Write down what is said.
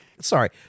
Sorry